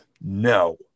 No